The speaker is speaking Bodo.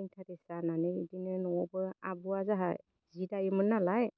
इन्ट्रेस्ट जानानै इदिनो न'आवबो आब'आ जाहा जि दायोमोन नालाय